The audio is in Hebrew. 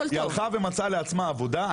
היא הלכה ומצאה לעצמה עבודה.